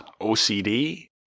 OCD